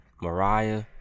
Mariah